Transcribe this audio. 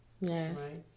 Yes